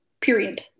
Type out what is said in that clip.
period